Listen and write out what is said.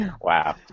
wow